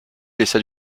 laissa